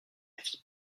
vie